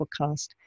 podcast